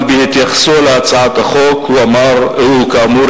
אבל בהתייחסו להצעת החוק הוא כאמור